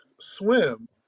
swim